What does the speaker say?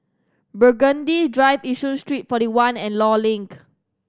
Burgundy Drive Yishun Street Forty One and Law Link